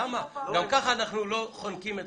גם ככה אנחנו לא חונקים אתכם,